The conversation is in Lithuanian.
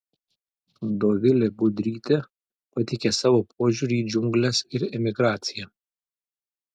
dovilė budrytė pateikia savo požiūrį į džiungles ir emigraciją